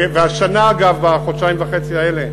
והשנה, אגב, בחודשיים וחצי האלה,